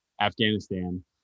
Afghanistan